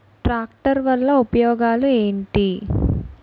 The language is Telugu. ట్రాక్టర్ వల్ల ఉపయోగాలు ఏంటీ?